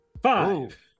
Five